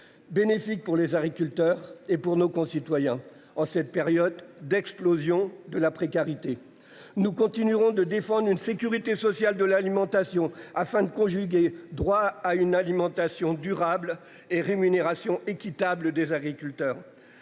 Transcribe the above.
bénéfique pour les agriculteurs et pour nos concitoyens. En cette période d'explosion de la précarité. Nous continuerons de défendre une sécurité sociale de l'alimentation afin de conjuguer droit à une alimentation durable et rémunération équitable des agriculteurs.